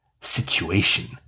situation